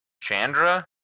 Chandra